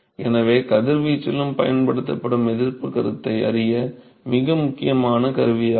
எனவே கதிர்வீச்சிலும் பயன்படுத்தப்படும் எதிர்ப்புக் கருத்தை அறிய இது மிக முக்கியமான கருவியாகும்